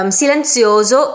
silenzioso